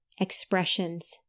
expressions